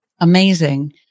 Amazing